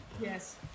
Yes